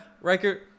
Riker